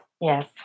Yes